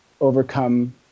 overcome